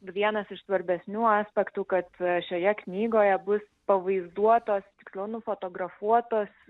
vienas iš svarbesnių aspektų kad šioje knygoje bus pavaizduotos tiksliau nufotografuotos